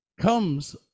Comes